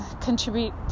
contribute